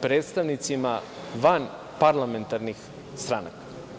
predstavnicima vanparlamentarnih stranaka.